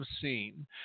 seen